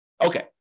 Okay